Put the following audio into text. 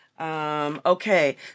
Okay